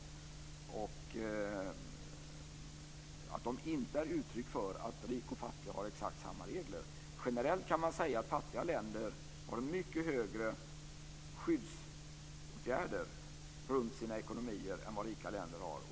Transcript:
Vad gäller det förhållandet att reglerna inte är uttryck för att rik och fattig har exakt samma regler kan man generellt säga att fattiga länder har mycket högre skyddsåtgärder runt sina ekonomier än vad rika länder har.